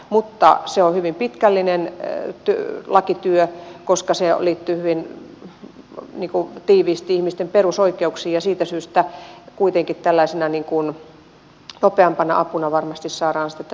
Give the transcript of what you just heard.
mutta se on hyvin pitkällinen lakityö koska se liittyy hyvin tiiviisti ihmisten perusoikeuksiin ja siitä syystä kuitenkin tällaisena nopeampana apuna varmasti saadaan työturvallisuuslaki